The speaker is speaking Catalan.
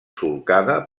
solcada